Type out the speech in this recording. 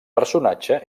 personatge